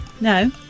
No